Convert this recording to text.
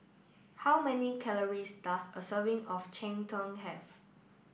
how many calories does a serving of Cheng Tng have